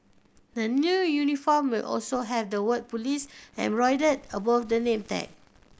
the new uniform will also have the word police embroidered above the name tag